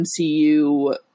MCU